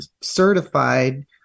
certified